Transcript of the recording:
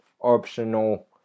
optional